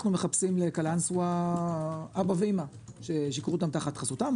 אנחנו מחפשים לקלנסווה אבא ואימא שייקחו אותם תחת חסותם.